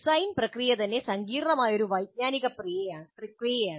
design പ്രക്രിയ തന്നെ സങ്കീർണ്ണമായ ഒരു വൈജ്ഞാനിക പ്രക്രിയയാണ്